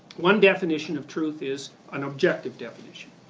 one definition of truth is an objective definition,